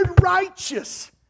righteous